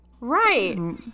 Right